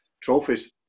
trophies